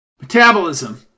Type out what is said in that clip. Metabolism